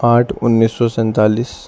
آٹھ انیس سینتالیس